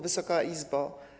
Wysoka Izbo!